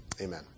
amen